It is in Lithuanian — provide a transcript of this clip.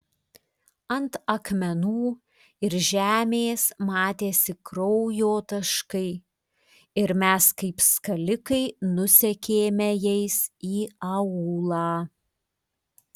ant akmenų ir žemės matėsi kraujo taškai ir mes kaip skalikai nusekėme jais į aūlą